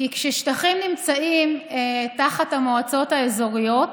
כששטחים נמצאים תחת המועצות האזוריות